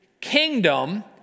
kingdom